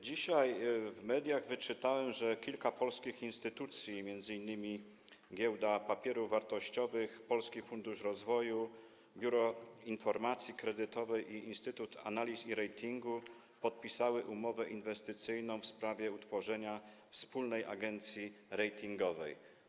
Dzisiaj w mediach wyczytałem, że kilka polskich instytucji, m.in. Giełda Papierów Wartościowych, Polski Fundusz Rozwoju, Biuro Informacji Kredytowej i Instytut Analiz i Ratingu, podpisało umowę inwestycyjną w sprawie utworzenia wspólnej agencji ratingowej.